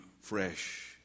fresh